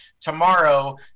tomorrow